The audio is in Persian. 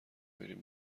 میریم